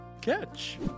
Catch